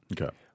Okay